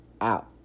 Out